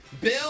Bill